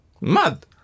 mad